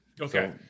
Okay